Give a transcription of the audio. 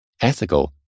ethical